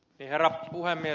herra puhemies